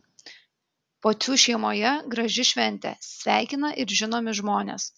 pocių šeimoje graži šventė sveikina ir žinomi žmonės